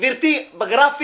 בדיוק.